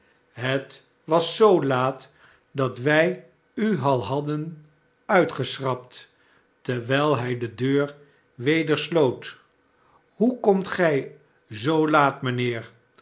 het was zoo laat dat wij u al hadden uitgeschrapt terwijl hij de deur weder sloot hoe komt gij zoo laat mijnheer